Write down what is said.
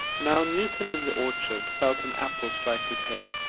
now, newton in the orchard felt an apple strike his head.